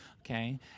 Okay